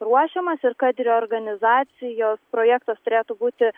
ruošiamas ir kad reorganizacijos projektas turėtų būti